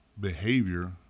behavior